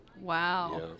Wow